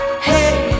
hey